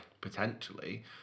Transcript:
potentially